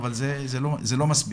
אבל זה לא מספיק,